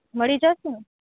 મળી જશે ને